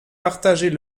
partager